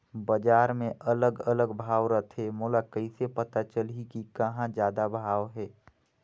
बजार मे अलग अलग भाव रथे, मोला कइसे पता चलही कि कहां जादा भाव हे?